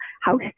house